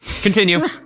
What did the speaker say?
continue